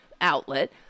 outlet